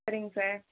சரிங்க சார்